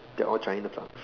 they're all China plugs